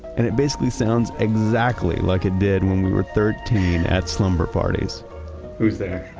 and it basically sounds exactly like it did when we were thirteen at slumber parties who's there?